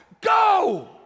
go